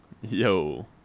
Yo